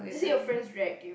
just say your friends react to you